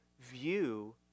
view